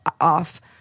off